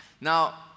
Now